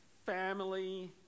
family